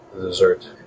dessert